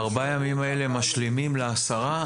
הארבעה ימים האלה משלימים לעשרה,